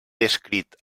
descrit